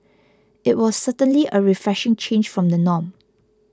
it was certainly a refreshing change from the norm